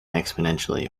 exponentially